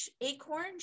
acorn